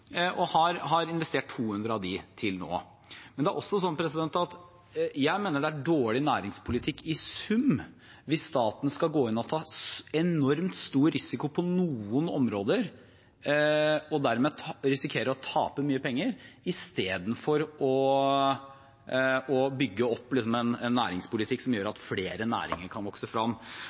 og har investert 200 mill. kr av disse pengene til nå. Jeg mener det er dårlig næringspolitikk i sum hvis staten skal gå inn og ta enormt stor risiko på noen områder og dermed risikere å tape mye penger i stedet for å bygge opp en næringspolitikk som gjør at flere næringer kan vokse fram.